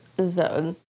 zone